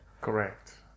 Correct